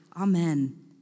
Amen